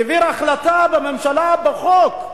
הוא העביר החלטה בממשלה, בחוק,